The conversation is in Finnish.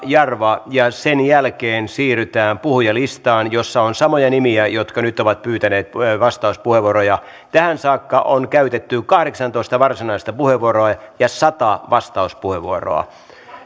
jarva ja sen jälkeen siirrymme puhujalistaan jossa on samoja nimiä jotka nyt ovat pyytäneet vastauspuheenvuoroja tähän saakka on käytetty kahdeksantoista varsinaista puheenvuoroa ja sata vastauspuheenvuoroa